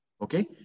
okay